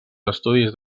estudis